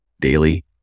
daily